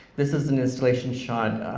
this is an installation shot